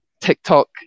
TikTok